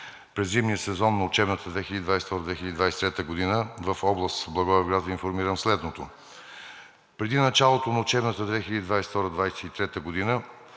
през зимния сезон на учебната 2022 – 2023 г. в област Благоевград, Ви информирам следното. Преди началото на учебната 2022 – 2023 г.